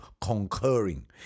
concurring